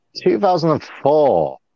2004